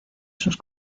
sus